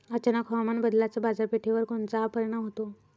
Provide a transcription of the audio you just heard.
अचानक हवामान बदलाचा बाजारपेठेवर कोनचा परिणाम होतो?